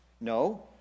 No